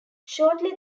shortly